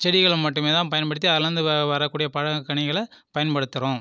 செடிகளை மட்டுமே தான் பயன்படுத்தி அதில் இருந்து வரக்கூடியே பழம் கனிகளை பயன்படுத்துகிறோம்